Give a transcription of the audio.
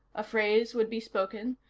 a phrase would be spoken,